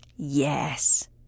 Yes